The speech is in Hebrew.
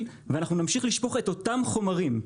ואנחנו נמשיך לשפוך את אותם חומרים.